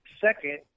second